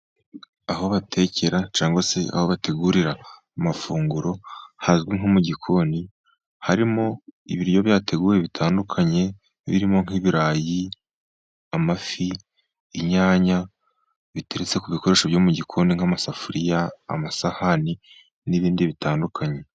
Aho batekera cyangwa se aho bategurira amafunguro hazwi nko mu gikoni, harimo ibiryo byateguwe bitandukanye birimo, nk' ibirayi, amafi, inyanya biteretse ku bikoresho byo mu gikoni nk' amasafuriya, amasahani n' ibindi bitandukanye.